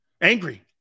Angry